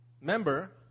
member